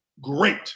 great